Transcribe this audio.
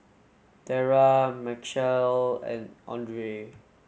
Tera Machelle and Audrey